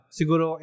siguro